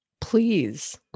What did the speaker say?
Please